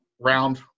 round